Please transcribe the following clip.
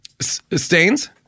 Stains